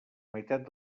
meitat